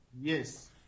Yes